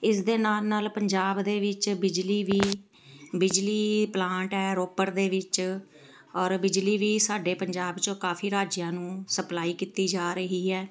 ਇਸ ਦੇ ਨਾਲ ਨਾਲ ਪੰਜਾਬ ਦੇ ਵਿੱਚ ਬਿਜਲੀ ਵੀ ਬਿਜਲੀ ਪਲਾਂਟ ਹੈ ਰੋਪੜ ਦੇ ਵਿੱਚ ਔਰ ਬਿਜਲੀ ਵੀ ਸਾਡੇ ਪੰਜਾਬ 'ਚੋਂ ਕਾਫੀ ਰਾਜਿਆਂ ਨੂੰ ਸਪਲਾਈ ਕੀਤੀ ਜਾ ਰਹੀ ਹੈ